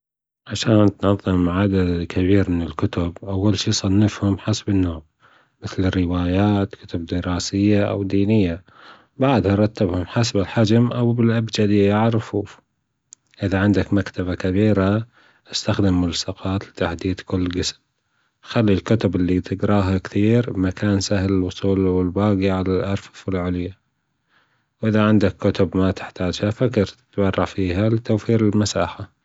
عشان تنظم عدد كبير من الكتب أول شي صنفهم حسب النوع مثل الروايات كتب دراسية أو دينية بعدهم رتبها حسب الحجم أو بالأبجدية على الرفوف إذا عندك مكتبة كبيرة أستخدم ملصقات لتحديد كل جسم خلي الكتب اللي تجرها كتير في مكان سهل الوصول والباجي على الأرفف العليا وإذا عندك كتب ما تحتاجها فكر تتبرع فيها عشان توفر المساحة